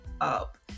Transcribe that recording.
up